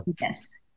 Yes